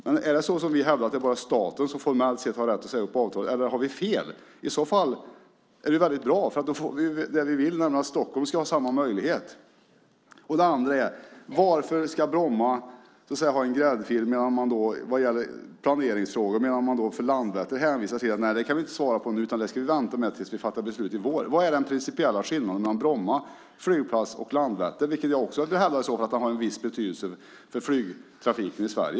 Men är det så som vi hävdar, att det bara är staten som formellt sett har rätt att säga upp avtalet? Eller har vi fel? I så fall är det väldigt bra. Då får vi det som vi vill, nämligen att Stockholm ska ha samma möjlighet. Den andra frågan är: Varför ska Bromma ha en gräddfil vad gäller planeringsfrågor medan man när det gäller Landvetter säger att man inte kan svara nu utan att man ska vänta med det tills vi fattar beslut i vår? Vad är den principiella skillnaden mellan Bromma flygplats och Landvetter flygplats? Jag vill hävda att den också har en viss betydelse för flygtrafiken i Sverige.